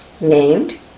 named